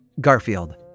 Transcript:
Garfield